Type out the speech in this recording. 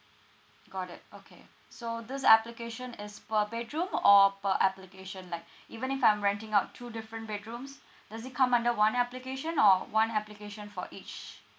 got it okay so this application is per bedroom or per application like even if I'm renting out two different bedrooms does it come under one application or one application for each